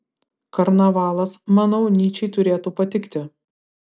karnavalas manau nyčei turėtų patikti